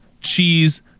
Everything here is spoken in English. cheese